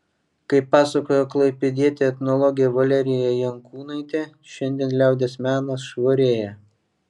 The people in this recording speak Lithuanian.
kaip pasakojo klaipėdietė etnologė valerija jankūnaitė šiandien liaudies menas švarėja